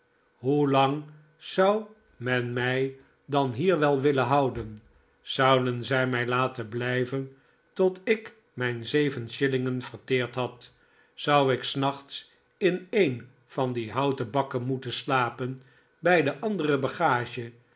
lang zou men mij dan hier wel willen houden zouden zij mij laten blijven tot ik mijn zeven shillingen verteerd had zou ik s nachts in een van die houten bakken moeten slapen bij de andere bagage